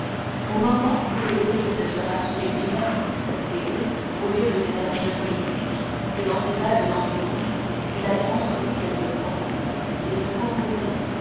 au moment où il essayait de se rassurer lui-même et où au lieu de cet avenir politique que dans ses rêves d'ambition il avait entrevu quelquefois il se composait